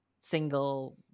single